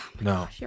No